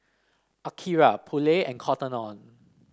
Akira Poulet and Cotton On